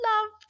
love